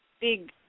big